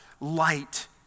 light